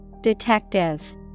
Detective